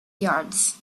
yards